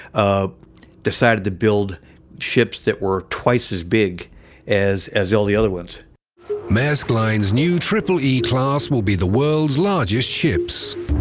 ah decided to build ships that were twice as big as as all the other ones maersk line's new triple-e class will be the world's largest ships.